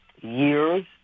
years